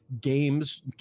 games